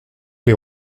les